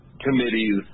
committees